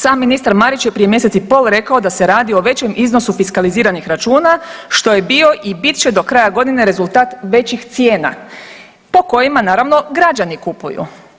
Sam ministar Marić je prije mjesec i pol rekao da se radi o većem iznosu fiskaliziranih računa što je bio i bit će do kraja godine rezultat većih cijena po kojima naravno građani kupuju.